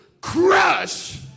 crush